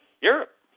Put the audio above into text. Europe